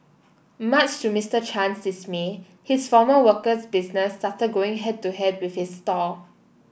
much to Mister Chan's dismay his former worker's business started going head to head with his stall